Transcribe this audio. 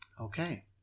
Okay